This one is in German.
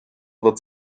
wird